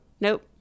nope